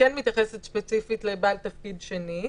שכן מתייחסת ספציפית לבעל תפקיד שני.